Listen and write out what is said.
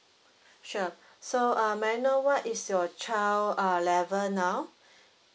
sure so uh may I know what is your child uh level now